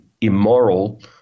immoral